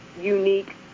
unique